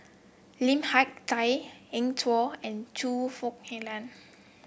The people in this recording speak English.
Lim Hak Tai Eng Tow and Choe Fook Alan